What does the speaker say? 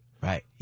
Right